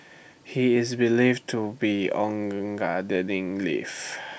he is believed to be on gardening leave